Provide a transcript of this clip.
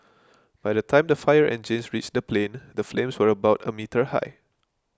by the time the fire engines reached the plane the flames were about a meter high